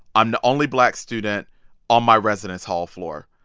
i'm only black student on my residence hall floor.